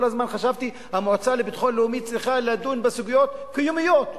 כל הזמן חשבתי: המועצה לביטחון לאומי צריכה לדון בסוגיות קיומיות,